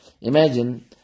Imagine